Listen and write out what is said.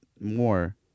more